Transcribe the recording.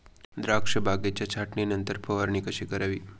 द्राक्ष बागेच्या छाटणीनंतर फवारणी कशी करावी?